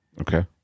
Okay